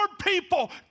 people